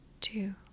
two